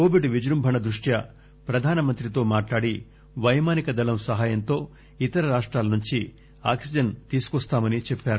Covid విజృంభణ దృష్ట్యా ప్రధానమంత్రితో మాట్లాడి పైమానిక దళం సహాయంతో ఇతర రాష్టాల నుంచి ఆక్పిజన్ తీసుకువస్తామని చెప్పారు